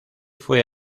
fue